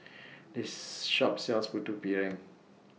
This Shop sells Putu Piring